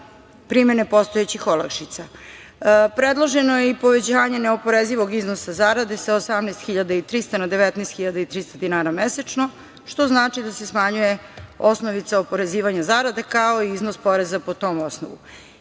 primene postojećih olakšica. Predloženo je i povećanje neoporezivog iznosa zarade sa 18.300 na 19.300 dinara mesečno, što znači da se smanjuje osnovica oporezivanja zarade, kao i iznos poreza po tom osnovu.